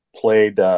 played